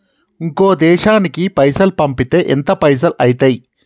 ఇంకో దేశానికి పైసల్ పంపితే ఎంత పైసలు అయితయి?